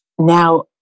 Now